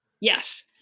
Yes